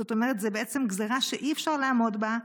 זאת אומרת, זו בעצם גזרה שאי-אפשר לעמוד בה.